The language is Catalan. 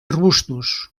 arbusts